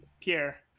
Pierre